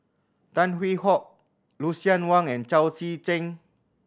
Tan Hwee Hock Lucien Wang and Chao Tzee Cheng